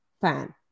fan